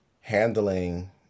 handling